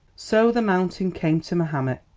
so the mountain came to mahomet?